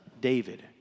David